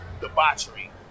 debauchery